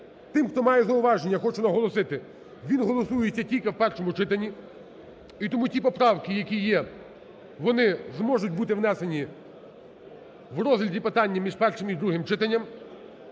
Тим, хто має зауваження, хочу наголосити, він голосується тільки в першому читанні. І тому ті поправки, які є, вони зможуть бути внесені в розгляді питання між першим і другим читанням.